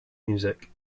music